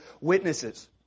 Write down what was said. witnesses